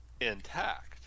intact